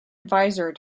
advisor